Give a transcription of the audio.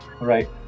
Right